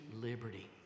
liberty